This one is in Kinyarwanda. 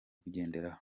kugenderaho